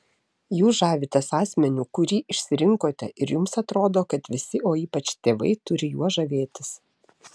jūs žavitės asmeniu kurį išsirinkote ir jums atrodo kad visi o ypač tėvai turi juo žavėtis